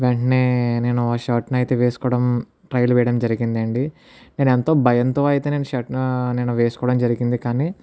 వెంటనే నేను ఆ షర్ట్ ని అయితే వేసుకోవడం ట్రైల్ వేయడం జరిగిందండి నేను ఎంతో భయంతో అయితే నేను షర్ట్ వేసుకోవడం జరిగింది కానీ